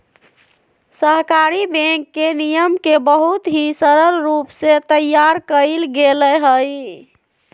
सहकारी बैंक के नियम के बहुत ही सरल रूप से तैयार कइल गैले हई